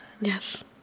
Yes